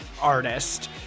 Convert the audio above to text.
artist